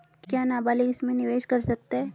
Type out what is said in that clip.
क्या नाबालिग इसमें निवेश कर सकता है?